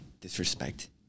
disrespect